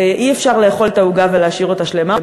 אי-אפשר לאכול את העוגה ולהשאיר אותה שלמה,